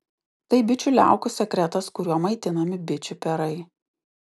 tai bičių liaukų sekretas kuriuo maitinami bičių perai